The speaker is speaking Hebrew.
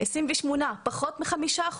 ב- 28% יש פחות מ- 5%,